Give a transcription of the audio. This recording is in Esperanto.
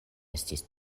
estis